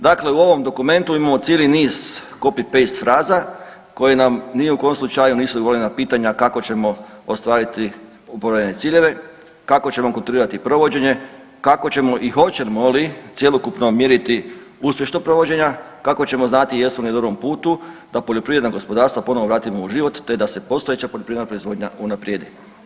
Dakle, u ovom dokumentu imamo cijeli niz copy-paste fraza koje nam ni u kojem slučaju nisu odgovorili na pitanja kako ćemo ostvariti upravo ove ciljeve, kako ćemo kontrirati provođenje, kako ćemo i hoćemo li cjelokupno mjeriti uspješnost provođenja, kako ćemo znati jesmo li na dobrom putu da poljoprivredna gospodarstva ponovo vratimo u život te da se postojeća poljoprivredna proizvodnja unaprijedi.